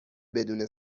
بدون